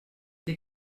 les